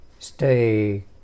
Stay